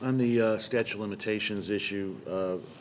on the statue of limitations issue